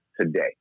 today